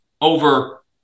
over